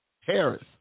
Harris